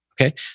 Okay